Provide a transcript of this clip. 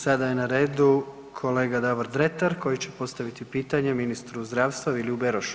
Sada je na redu kolega Davor Dretar koji će postaviti pitanje ministru zdravstva Viliju Berošu.